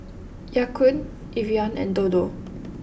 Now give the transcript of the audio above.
Ya Kun Evian and Dodo